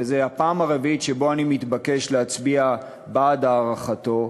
וזו הפעם הרביעית שבה אני מתבקש להצביע בעד הארכתו,